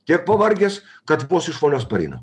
tiek pavargęs kad vos iš vonios pareinu